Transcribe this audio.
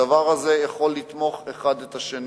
הדברים האלה יכולים לתמוך זה בזה,